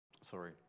sorry